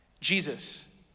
Jesus